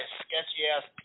sketchy-ass